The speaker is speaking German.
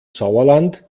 sauerland